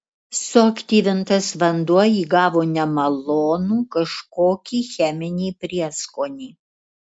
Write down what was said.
suaktyvintas vanduo įgavo nemalonų kažkokį cheminį prieskonį